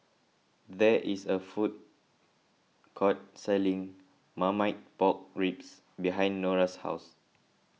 there is a food court selling Marmite Pork Ribs behind Nora's house